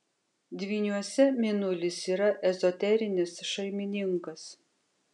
dvyniuose mėnulis yra ezoterinis šeimininkas